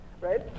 Right